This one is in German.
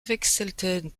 wechselte